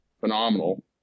phenomenal